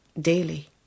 daily